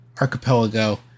Archipelago